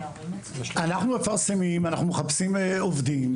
אנחנו מפרסמים, אנחנו מחפשים עובדים.